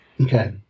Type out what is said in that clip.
Okay